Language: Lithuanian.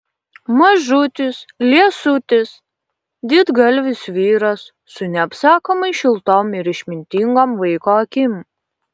mažutis liesutis didgalvis vyras su neapsakomai šiltom ir išmintingom vaiko akim